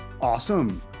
Awesome